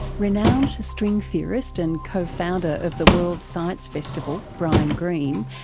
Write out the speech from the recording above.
renowned string theorist and co-founder of the world science festival, brian greene,